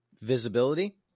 Visibility